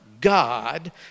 God